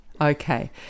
Okay